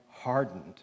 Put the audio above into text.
hardened